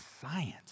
science